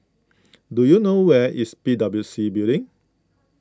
do you know where is P W C Building